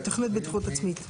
תוכנית בטיחות עצמית.